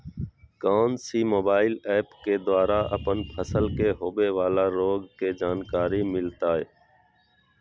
कौन सी mobile app के द्वारा अपन फसल के होबे बाला रोग के जानकारी मिलताय?